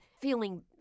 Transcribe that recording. feeling